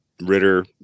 Ritter